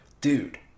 Dude